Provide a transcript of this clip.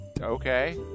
Okay